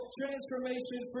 transformation